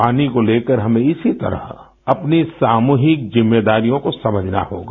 पानी को लेकर हमें इसी तरह अपनी सामूहिक जिम्मेदारियों को समझना होगा